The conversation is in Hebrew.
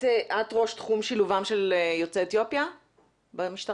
את ראש תחום שילובם של יוצאי אתיופיה במשטרה?